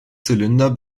zylinder